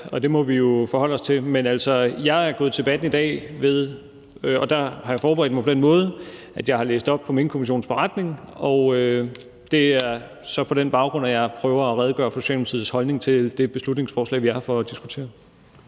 Og det må vi jo forholde os til. Men jeg er gået til debatten i dag ved at have forberedt mig på den måde, at jeg har læst op på Minkkommissionens beretning, og det er så på den baggrund, at jeg prøver at redegøre for Socialdemokratiets holdning til det beslutningsforslag, vi er her for at diskutere.